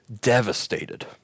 devastated